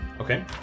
Okay